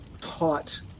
taught